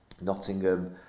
Nottingham